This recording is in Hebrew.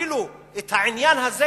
אפילו את העניין הזה,